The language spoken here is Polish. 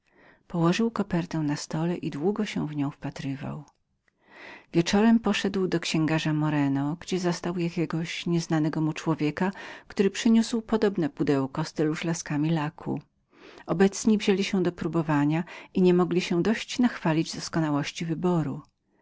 położył kopertę na stole i długo się w nią wpatrywał wieczorem poszedł do księgarza moreno gdzie zastał jakiegoś nieznajomego mu człowieka który przyniósł podobne pudełko z tyląż laskami laku obecni wzięli się do probowania i nie mogli dość wychwalić doskonałości wyrobu